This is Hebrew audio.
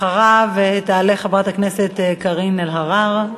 אחריו תעלה חברת הכנסת קארין אלהרר.